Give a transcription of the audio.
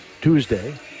Tuesday